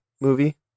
movie